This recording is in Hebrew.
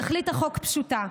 תכלית החוק פשוטה: